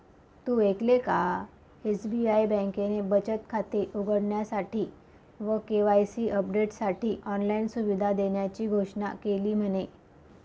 तु ऐकल का? एस.बी.आई बँकेने बचत खाते उघडण्यासाठी व के.वाई.सी अपडेटसाठी ऑनलाइन सुविधा देण्याची घोषणा केली म्हने